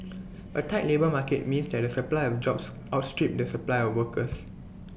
A tight labour market means that the supply of jobs outstrip the supply of workers